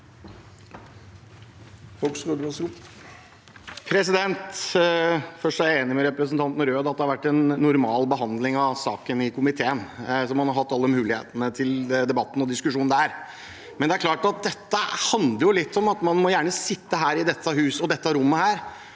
Først: Jeg er enig med representanten Røed i at det har vært en normal behandling av saken i komiteen, så man har hatt alle mulighetene til debatt og diskusjon der. Likevel er det klart at dette handler litt om at man gjerne må sitte i dette hus og dette rommet og